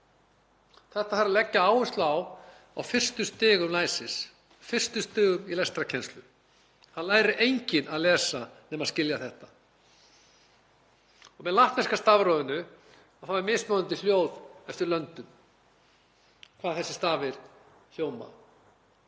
Þetta þarf að leggja áherslu á á fyrstu stigum læsis, fyrstu stigum í lestrarkennslu. Það lærir enginn að lesa nema skilja þetta. Með latneska stafrófinu er mismunandi hljóð eftir löndum, hvað þessir stafir hljóma.